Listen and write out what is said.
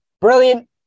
Brilliant